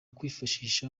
kwifashisha